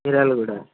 Miryalaguda